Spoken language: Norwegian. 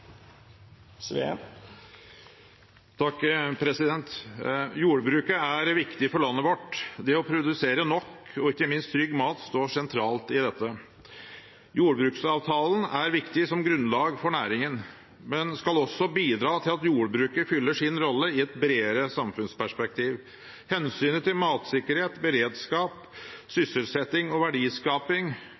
er avslutta. Jordbruket er viktig for landet vårt. Det å produsere nok og ikke minst trygg mat står sentralt i dette. Jordbruksavtalen er viktig som grunnlag for næringen, men skal også bidra til at jordbruket fyller sin rolle i et bredere samfunnsperspektiv. Hensynet til matsikkerhet, beredskap, sysselsetting og verdiskaping